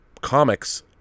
comics